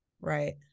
right